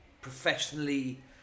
professionally